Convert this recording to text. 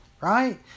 right